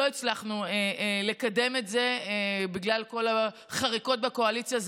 לא הצלחנו לקדם את זה בגלל כל החריקות בקואליציה.